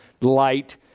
light